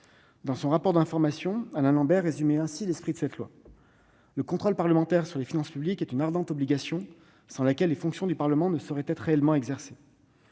Dans son rapport d'information, Alain Lambert résumait ainsi l'esprit de cette loi :« Le contrôle parlementaire sur les finances publiques est une ardente obligation sans laquelle les fonctions du Parlement ne sauraient être réellement exercées.